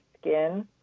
skin